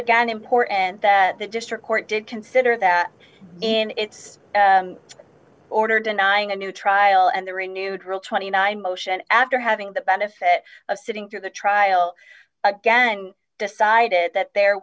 again important that the district court did consider that in its order denying a new trial and the renewed rule twenty nine motion after having the benefit of sitting through the trial again decided that there